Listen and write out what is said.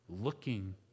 looking